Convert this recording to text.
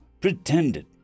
pretended